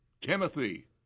Timothy